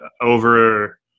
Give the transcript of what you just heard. over